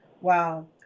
Wow